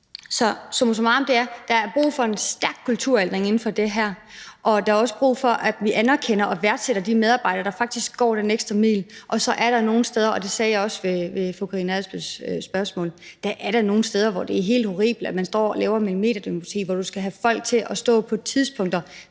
summarum er der brug for en stærk kulturændring inden for det her område, og der er også brug for, at vi anerkender og værdsætter de medarbejdere, der faktisk går den ekstra mil. Og så er der nogle steder, og det sagde jeg også i forbindelse med fru Karina Adsbøls spørgsmål, hvor det er helt horribelt, at man laver sådan et millimeterdemokrati, at folk skal stå fast på tidspunkter